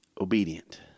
Obedient